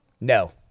No